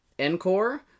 Encore